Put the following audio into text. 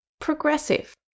progressive